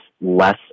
less